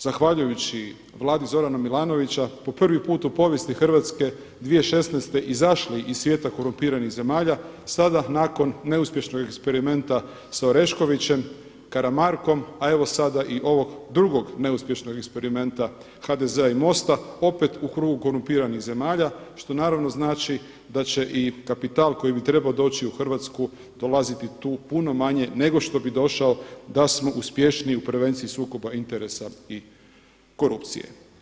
zahvaljujući vladi Zorana Milanovića po prvi put u povijesti Hrvatske 2016. izašli iz svijeta korumpiranih zemalja sada nakon neuspješnog eksperimenta sa Oreškovićem, Karamarkom, a evo sada i ovog drugog neuspješnog eksperimenta HDZ-a i MOST- a opet u krugu korumpiranih zemalja što znači da će i kapital koji bi trebao doći u Hrvatsku dolaziti tu puno manje nego što bi došao da smo uspješniji u prevenciji sukoba interesa i korupcije.